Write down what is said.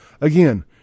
Again